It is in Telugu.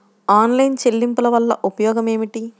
ఆన్లైన్ చెల్లింపుల వల్ల ఉపయోగమేమిటీ?